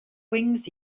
wings